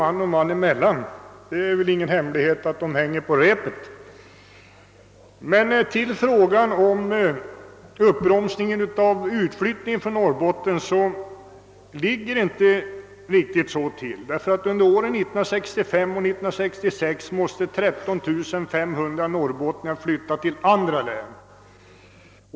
Man och man emellan är det inte någon hemlighet att det eller det företaget befinner sig på fallrepet. Vad beträffar frågan om utflyttningen från Norrbotten ligger det inte till riktigt så som här sagts. Under åren 1965 och 1966 måste 13500 norrbottningar flytta till andra län.